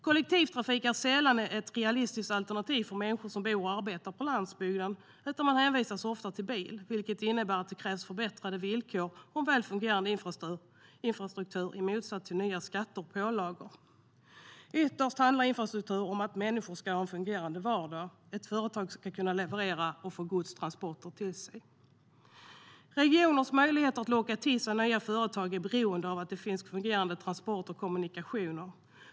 Kollektivtrafik är sällan ett realistiskt alternativ för människor som bor och arbetar på landsbygden, utan man hänvisas ofta till bil, vilket innebär att det krävs förbättrade villkor och en väl fungerande infrastruktur i stället för nya skatter och pålagor. Ytterst handlar infrastruktur om att människor ska ha en fungerande vardag och att företag ska kunna leverera eller få gods transporterat till sig. Regioners möjlighet att locka till sig nya företag är beroende av att det finns fungerande transporter och kommunikationer.